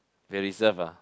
they reserve ah